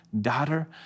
daughter